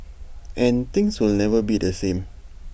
and things will never be the same